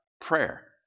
prayer